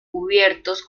cubiertos